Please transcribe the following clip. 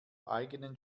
eigenen